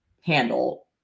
handle